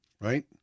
right